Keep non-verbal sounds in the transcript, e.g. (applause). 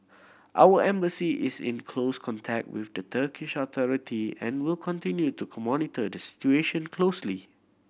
our Embassy is in close contact with the Turkish authority and will continue to (unintelligible) monitor the situation closely